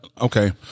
Okay